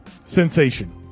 sensation